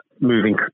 moving